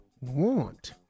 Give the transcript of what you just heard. want